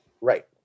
Right